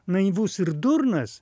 naivus ir durnas